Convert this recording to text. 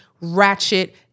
ratchet